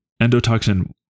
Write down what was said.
endotoxin